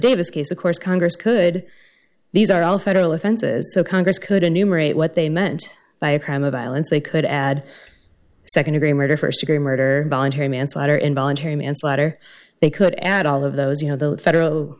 davis case of course congress could these are all federal offenses so congress couldn't numerate what they meant by a crime of violence they could add nd degree murder st degree murder voluntary manslaughter involuntary manslaughter they could add all of those you know the federal